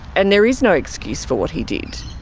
and there is no excuse for what he did.